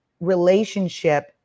relationship